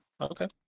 Okay